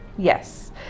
Yes